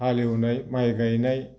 हालेवनाय माइ गायनाय